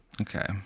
Okay